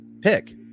pick